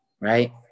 right